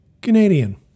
Canadian